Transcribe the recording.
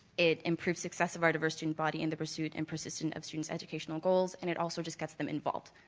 it improves success of our diverse student body in the pursuit and persistent of student's educational goals and it also just gets them involved.